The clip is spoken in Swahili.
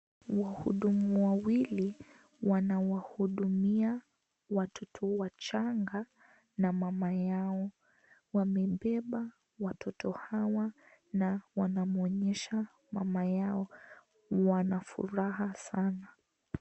Wahudumu wawili, wanawahudumia watoto wachanga na mama yao. Wamebeba watoto hawa na wanamwonyesha mama yao. Wana furaha sana.